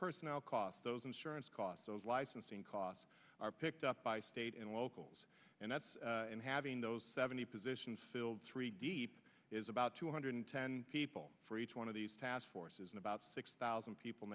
personnel costs those insurance costs licensing costs are picked up by state and locals and that's and having those seventy positions filled three deep is about two hundred ten people for each one of these task forces and about six thousand people